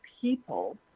people